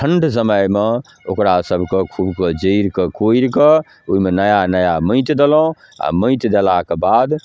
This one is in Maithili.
ठण्ड समयमे ओकरासबके खूबके जड़िके कोड़िकऽ ओहिमे नया नया माटि देलहुँ आओर माटि देलाके बाद